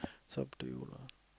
it's up to you lah